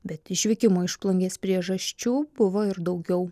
bet išvykimo iš plungės priežasčių buvo ir daugiau